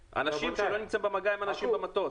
אנשים שלא נמצאים במגע עם אנשים במטוס,